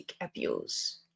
abuse